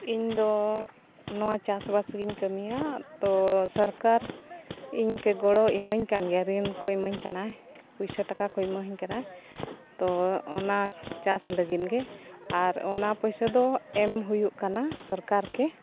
ᱤᱧᱫᱚ ᱱᱚᱣᱟ ᱪᱟᱥ ᱵᱟᱥ ᱜᱤᱧ ᱠᱟᱹᱢᱤᱭᱟ ᱛᱚ ᱥᱚᱨᱠᱟᱨ ᱤᱧᱠᱮ ᱜᱚᱲᱚ ᱤᱢᱟᱹᱧ ᱠᱟᱱ ᱜᱮᱭᱟ ᱨᱤᱱ ᱠᱚ ᱤᱢᱟᱹᱧ ᱠᱟᱱᱟᱭ ᱯᱚᱭᱥᱟ ᱴᱟᱠᱟ ᱠᱚ ᱤᱢᱟᱹᱧ ᱠᱟᱱᱟᱭ ᱛᱚ ᱚᱱᱟ ᱪᱟᱥ ᱞᱟᱹᱜᱤᱫ ᱜᱮ ᱟᱨ ᱚᱱᱟ ᱯᱚᱭᱥᱟ ᱫᱚ ᱮᱢ ᱦᱩᱭᱩᱜ ᱠᱟᱱᱟ ᱥᱚᱨᱠᱟᱨ ᱜᱮ